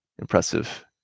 impressive